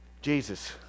Jesus